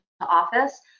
office